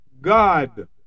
God